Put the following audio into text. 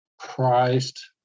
Christ